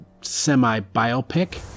semi-biopic